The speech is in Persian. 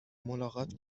ملاقات